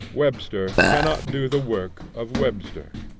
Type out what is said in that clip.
webster cannot do the work of webster.